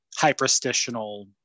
hyperstitional